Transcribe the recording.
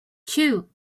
two